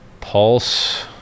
pulse